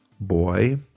boy